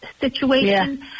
situation